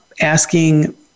asking